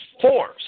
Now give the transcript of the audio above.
force